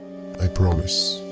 i promise.